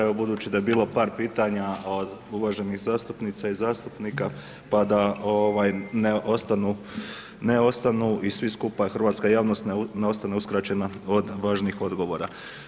Evo budući da je bilo par pitanja od uvaženih zastupnica i zastupnika pa da ne ostanu i svi skupa hrvatska javnost ne ostanu uskraćena od važnih odgovora.